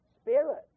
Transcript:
spirit